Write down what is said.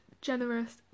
generous